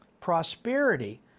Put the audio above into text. Prosperity